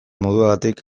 moduagatik